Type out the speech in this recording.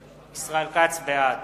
כץ, בעד